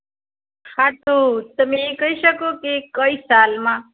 હા તો તમે કઈ શકો કે કઈ સાલમાં